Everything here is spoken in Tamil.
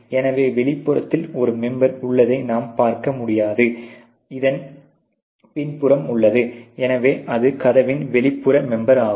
எனவே வெளிப்புறத்தில் ஒரு மெம்பெர் உள்ளதை நாம் பார்க்க முடியாது இதன் பின்புறம் உள்ளது எனவே அது கதவின் வெளிப்புற மெம்பெர் ஆகும்